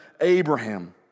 Abraham